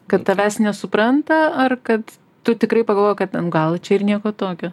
kad tavęs nesupranta ar kad tu tikrai pagalvoji kad ten gal čia ir nieko tokio